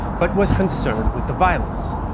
but was concerned with the violence.